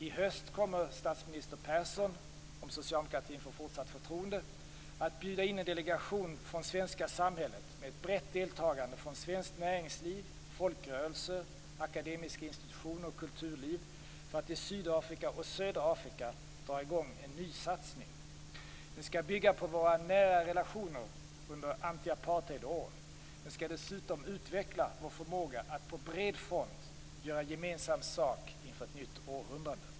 I höst kommer statsminister Persson, om socialdemokratin får fortsatt förtroende, att bjuda in en delegation från det svenska samhället med ett brett deltagande från svenskt näringsliv, folkrörelser, akademiska institutioner och kulturliv för att i Sydafrika och södra Afrika dra i gång en nysatsning. Den skall bygga på våra nära relationer under antiapartheidåren. Den skall dessutom utveckla vår förmåga att på bred front göra gemensam sak inför ett nytt århundrade.